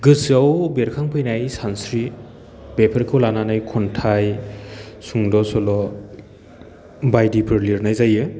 गोसोयाव बेरखांफैनाय सानस्रि बेफोरखौ लानानै खन्थाइ सुंद' सल' बायदिफोर लिरनाय जायो